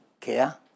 care